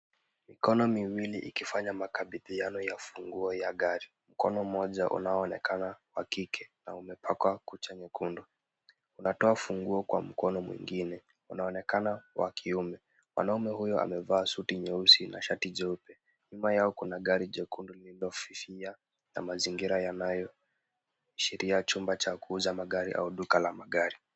Mikono miwili ikifanya makabidhiano ya funguo ya gari, mkono mmoja unaonekana wa kike na umepakwa kucha nyekundu. Unatoa funguo kwa mkono mwingine, unaonekana wa kiume. Wanaume huyo amevaa suti nyeusi na shati jeupe, nyuma yao kuna gari jekundu lililofifia na mazingira yanayo. Sheria ya chumba cha kuuza magari au duka la magari.